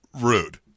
rude